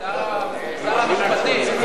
שר המשפטים,